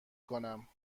کنم